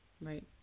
Right